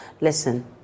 Listen